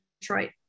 Detroit